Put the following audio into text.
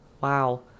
Wow